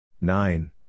Nine